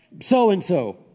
so-and-so